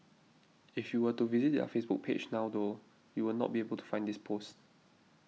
if you were to visit their Facebook page now though you will not be able to find this post